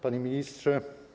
Panie Ministrze!